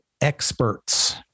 experts